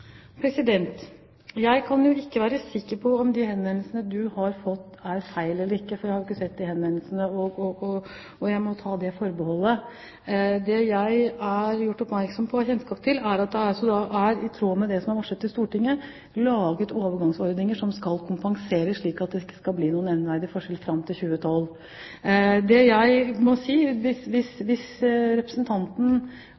Jeg kan ikke være sikker på om de henvendelsene du har fått, er feil eller ikke, for jeg har jo ikke sett de henvendelsene. Jeg må ta det forbeholdet. Det jeg er gjort oppmerksom på og har kjennskap til, er at det, i tråd med det som er varslet til Stortinget, er laget overgangsordninger som skal kompensere for det, slik at det ikke skal bli noen nevneverdige forskjeller fram til 2012. Hvis representanten har konkrete tilfeller hvor det faktisk ikke gjennomføres slik, må